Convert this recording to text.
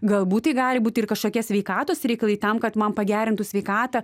galbūt tai gali būt ir kažkokie sveikatos reikalai tam kad man pagerintų sveikatą